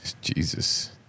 Jesus